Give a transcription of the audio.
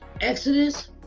Exodus